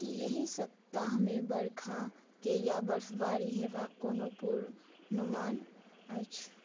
की एहि सप्ताहमे वर्षाके या बर्फबारी हेबाक कोनो पूर्वानुमान अछि